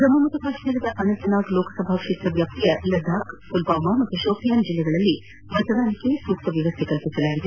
ಜಮ್ಮ್ ಕಾಶ್ಮೀರದ ಅನಂತನಾಗ್ ಲೋಕಸಭಾ ಕ್ಷೇತ್ರ ವ್ಯಾಪ್ತಿಯ ಲಡಾಖ್ ಪುಲ್ವಾಮಾ ಮತ್ತು ಶೋಪಿಯಾನ್ ಜಿಲ್ಲೆಗಳಲ್ಲಿ ಮತದಾನಕ್ಕೆ ಸೂಕ್ತ ವ್ಯವಸ್ಥೆ ಕಲ್ಪಿಸಲಾಗಿದೆ